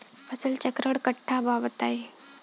फसल चक्रण कट्ठा बा बताई?